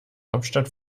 hauptstadt